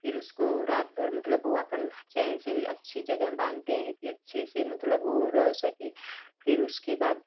फिर उसको रात भर मतलब अपन चैन से अच्छी जगह बाँधते हैं की अच्छे से मतलब वो रह सके फिर उसके बाद